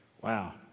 Wow